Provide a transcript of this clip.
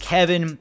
Kevin